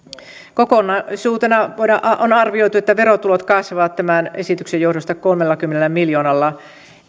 kokonaisuutena on arvioitu että verotulot kasvavat tämän esityksen johdosta kolmellakymmenellä miljoonalla